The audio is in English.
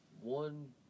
one